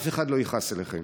אף אחד לא יכעס עליכם.